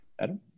Adam